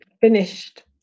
finished